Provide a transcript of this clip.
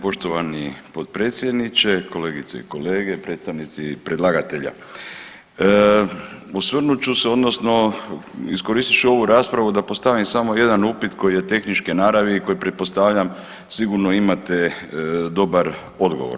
Poštovani potpredsjedniče, kolegice i kolege, predstavnici predlagatelja, osvrnut ću se odnosno iskoristit ću ovu raspravu da postavim samo jedan upit koji je tehničke naravi i koji pretpostavljam sigurno imate dobar odgovor.